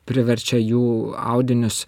priverčia jų audinius